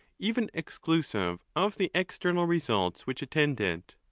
even exclusive of the external results which attend it.